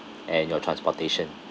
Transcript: and your transportation